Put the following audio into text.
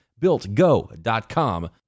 builtgo.com